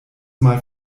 mal